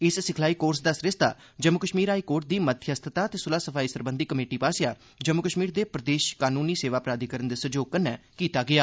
इस सिखलाई कोर्स दा सरिस्ता जम्मू कश्मीर हाईकोर्ट दी मध्यस्थता ते सुलह सफाई सरबंधी कमेटी आसेआ जम्मू कश्मीर दे प्रदेश कानूनी सेवा प्राधिकरण दे सैहयोग कन्नै कीता गेआ